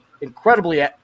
incredibly –